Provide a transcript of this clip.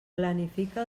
planifica